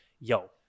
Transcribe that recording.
yo